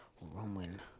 Roman